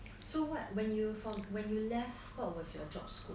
so what when you when you left what was your job scope